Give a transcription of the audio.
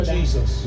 Jesus